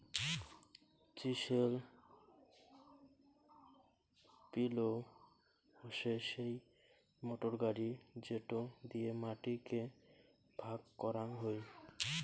chisel পিলও হসে সেই মোটর গাড়ি যেটো দিয়ে মাটি কে ভাগ করাং হই